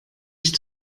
ich